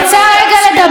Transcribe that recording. להסביר לכן,